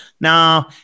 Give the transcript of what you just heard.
Now